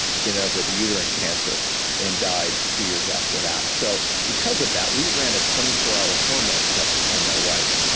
she ended and up with uterine cancer and died two years after that. so because of that, we ran a twenty four hour hormone test on my wife,